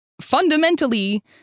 fundamentally